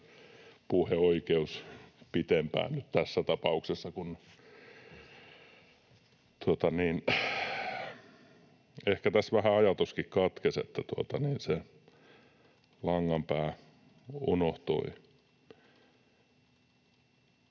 puheoikeus pitempään nyt tässä tapauksessa. Ehkä tässä vähän ajatuskin katkesi, se langanpää unohtui.